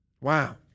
Wow